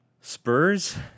Spurs